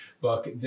book